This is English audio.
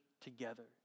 together